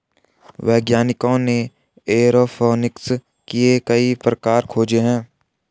वैज्ञानिकों ने एयरोफोनिक्स के कई प्रकार खोजे हैं